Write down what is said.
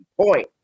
Point